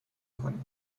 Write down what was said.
کنید